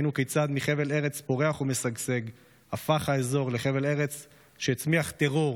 ראינו כיצד מחבל ארץ פורח ומשגשג הפך האזור לחבל ארץ שהצמיח טרור,